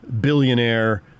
billionaire